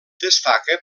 destaca